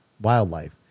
wildlife